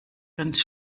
ganz